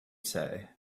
say